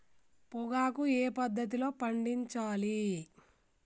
పొగాకు ఏ పద్ధతిలో పండించాలి?